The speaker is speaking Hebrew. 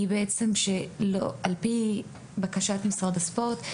על פי בקשת משרד הספורט,